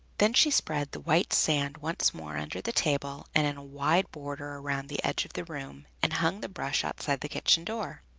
then she spread the white sand once more under the table and in a wide border around the edge of the room, and hung the brush outside the kitchen door.